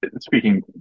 speaking